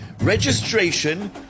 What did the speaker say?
Registration